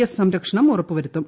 S സംരക്ഷണം ഉറപ്പു വരുത്തും